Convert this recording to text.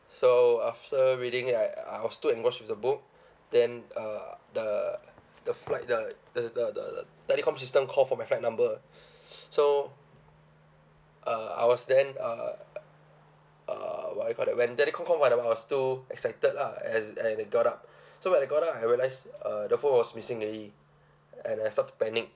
so after reading I I was too engross with the book then uh the the flight the the the the telecom system call for my flight number so uh I was then uh uh what you call that when telecom call I was too excited lah and and I got up so when I got up I realise uh the phone was missing already and I start to panic